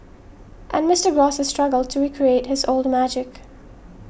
and Mister Gross has struggled to recreate his old magic